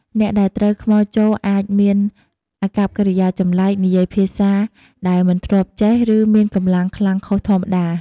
អ្នកដែលត្រូវខ្មោចចូលអាចមានអាកប្បកិរិយាចម្លែក និយាយភាសាដែលមិនធ្លាប់ចេះ ឬមានកម្លាំងខ្លាំងខុសធម្មតា។